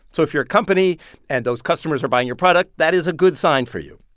so if you're a company and those customers are buying your product, that is a good sign for you.